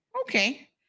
Okay